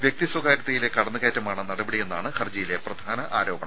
വ്യക്തി സ്വകാര്യതയിലെ കടന്നുകയറ്റമാണ് നടപടി എന്നാണ് ഹർജിയിലെ പ്രധാന ആരോപണം